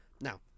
now